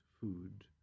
food